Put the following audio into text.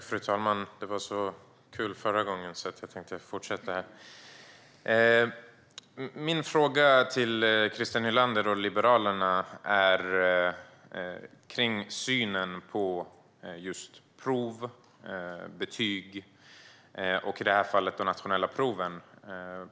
Fru talman! Det var så kul i förra debatten, så jag fortsätter i den här. Min fråga till Christer Nylander och Liberalerna gäller synen på betyg, prov och i det här fallet de nationella proven.